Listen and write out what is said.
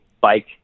bike